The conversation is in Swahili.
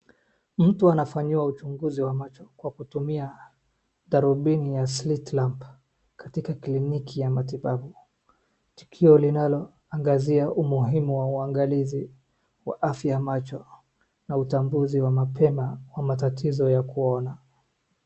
Mtu anafanyiwa uchunguzi wa macho kwa kutumia tarubini ya streetlamp katika kliniki ya matibabu. Tukio linaloangazia umuhimu wa uangalizi wa afya wa macho, na utambuzi wa mapema kwa matatizo ya kuona.